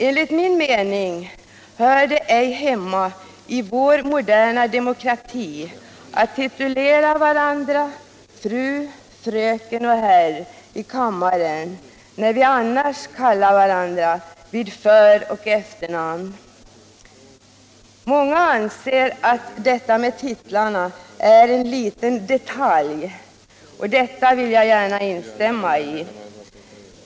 Enligt min mening hör det inte hemma i vår moderna demokrati att titulera varandra fru, fröken och herr i kammaren, när vi annars kallar varandra vid föroch efternamn. Många anser att detta med titlarna är en liten detalj, och det vill jag gärna instämma i.